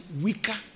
weaker